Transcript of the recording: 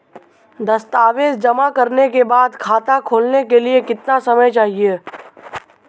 दस्तावेज़ जमा करने के बाद खाता खोलने के लिए कितना समय चाहिए?